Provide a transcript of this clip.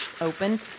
open